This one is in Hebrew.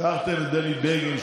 לקחתם את בני בגין,